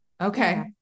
Okay